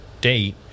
date